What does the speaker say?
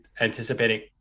anticipating